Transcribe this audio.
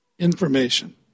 information